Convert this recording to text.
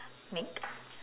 make